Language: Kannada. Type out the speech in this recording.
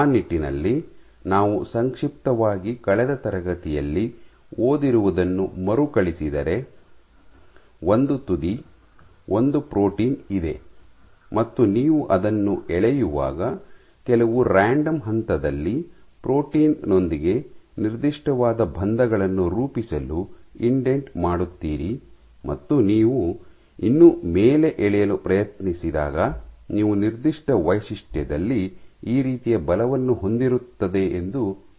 ಆ ನಿಟ್ಟಿನಲ್ಲಿ ನಾವು ಸಂಕ್ಷಿಪ್ತವಾಗಿ ಕಳೆದ ತರಗತಿಯಲ್ಲಿ ಓದಿರುವುದನ್ನು ಮರುಕಳಿಸಿದರೆ ಒಂದು ತುದಿ ಒಂದು ಪ್ರೋಟೀನ್ ಇದೆ ಮತ್ತು ನೀವು ಅದನ್ನು ಎಳೆಯುವಾಗ ಕೆಲವು ರಾಂಡಮ್ ಹಂತದಲ್ಲಿ ಪ್ರೋಟೀನ್ ನೊಂದಿಗೆ ನಿರ್ದಿಷ್ಟವಾದ ಬಂಧಗಳನ್ನು ರೂಪಿಸಲು ಇಂಡೆಂಟ್ ಮಾಡುತ್ತೀರಿ ಮತ್ತು ನೀವು ಇನ್ನೂ ಮೇಲೆ ಎಳೆಯಲು ಪ್ರಯತ್ನಿಸಿದಾಗ ನೀವು ನಿರ್ದಿಷ್ಟ ವೈಶಿಷ್ಟ್ಯದಲ್ಲಿ ಈ ರೀತಿಯ ಬಲವನ್ನು ಹೊಂದಿರುತ್ತದೆ ಎಂದು ನೋಡುತ್ತೀರಿ